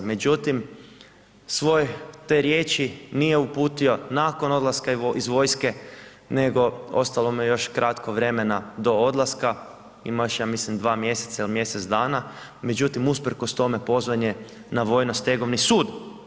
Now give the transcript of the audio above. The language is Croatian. Međutim, svoj te riječi nije uputio nakon odlaska iz vojske nego ostalo mu je još kratko vremena do odlaska, ima još ja mislim 2 mjeseca ili mjesec dana, međutim usprkos tome pozvan je na Vojno-stegovni sud.